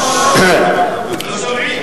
אני גם שומע מה אני אומר.